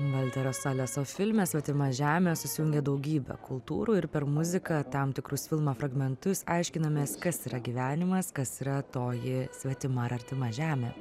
valterio saleso filme svetima žemė susijungia daugybė kultūrų ir per muziką tam tikrus filmo fragmentus aiškinomės kas yra gyvenimas kas yra toji svetima ar artima žemė